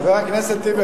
חבר הכנסת טיבי,